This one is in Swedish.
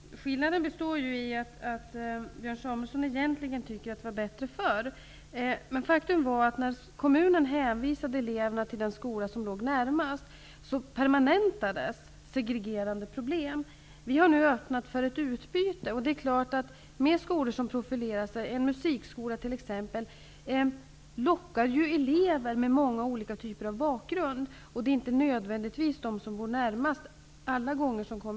Fru talman! Skillnaden består i att Björn Samuelson egentligen tycker att det var bättre förr. Men faktum var att när kommunen hänvisade eleverna till skolan som låg närmast permanentades problemen med segregationen. Vi har nu öppnat för ett utbyte. Det är klart att skolor som profilerar sig -- t.ex. en musikskola -- lockar till sig elever med olika typer av bakgrund. Det är inte nödvändigtvis de som bor närmast som går i den skolan.